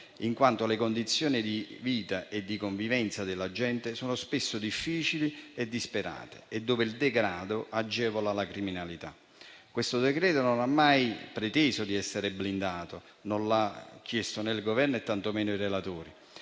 in quanto le condizioni di vita e di convivenza della gente sono spesso difficili e disperate e dove il degrado agevola la criminalità. Questo decreto-legge non ha mai preteso di essere blindato, non l'ha chiesto il Governo e tantomeno lo